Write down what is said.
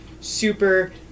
super